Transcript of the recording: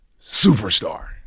superstar